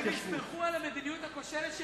אם הם יסמכו על המדיניות הכושלת של